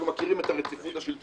אנחנו מכירים את הרציפות השלטונית.